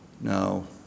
No